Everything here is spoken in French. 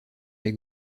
les